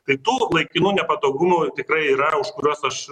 kai tų laikinų nepatogumų tikrai yra už kuriuos aš